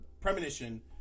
premonition